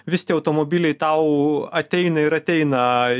vis tie automobiliai tau ateina ir ateina